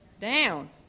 down